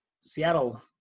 Seattle